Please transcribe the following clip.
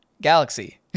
galaxy